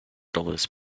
dollars